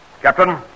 Captain